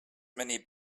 many